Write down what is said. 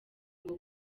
ngo